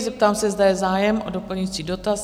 Zeptám se, zda je zájem o doplňující dotaz?